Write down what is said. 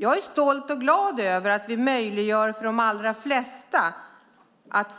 Jag är stolt och glad över att vi för de allra flesta